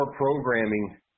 programming